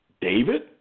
David